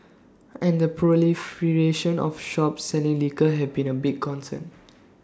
and the proliferation of shops selling liquor have been A big concern